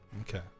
Okay